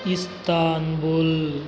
Istanbul